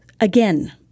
Again